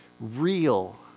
real